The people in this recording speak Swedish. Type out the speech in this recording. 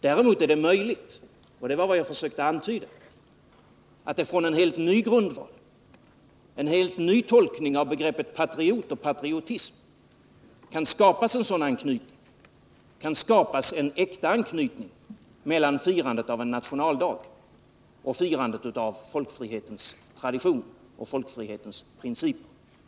Däremot är det möjligt — vilket jag har försökt att antyda — att på en helt ny grundval, med en helt ny tolkning av begreppet patriot och patriotism, skapa en äkta anknytning mellan firandet av en nationaldag och firandet av folkfrihetens tradition och folkfrihetens principer.